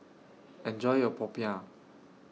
Enjoy your Popiah